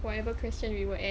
whatever question we were at